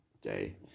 day